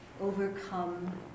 overcome